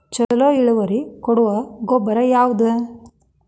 ಛಲೋ ಇಳುವರಿ ಕೊಡೊ ಗೊಬ್ಬರ ಯಾವ್ದ್?